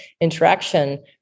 interaction